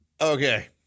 Okay